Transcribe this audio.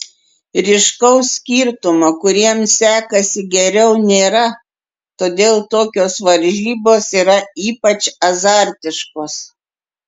ryškaus skirtumo kuriems sekasi geriau nėra todėl tokios varžybos yra ypač azartiškos